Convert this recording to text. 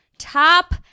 Top